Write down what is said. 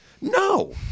No